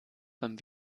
beim